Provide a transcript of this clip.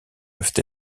peuvent